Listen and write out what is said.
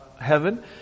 heaven